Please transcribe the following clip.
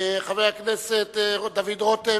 חבר הכנסת דוד רותם